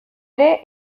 ere